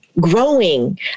growing